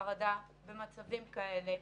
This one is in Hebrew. ובחרדה במצבים כאלה,